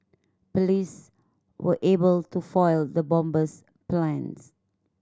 police were able to foil the bomber's plans